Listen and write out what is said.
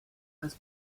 has